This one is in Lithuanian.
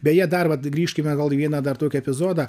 beje dar vat grįžkime gal į vieną dar tokį epizodą